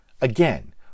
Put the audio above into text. Again